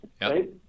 right